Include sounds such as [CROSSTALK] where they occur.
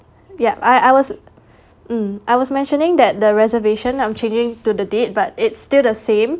yeah I I was [BREATH] mm I was mentioning that the reservation I'm changing to the date but it's still the same